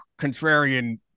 contrarian